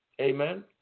Amen